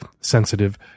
sensitive